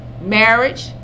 marriage